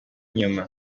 inyuma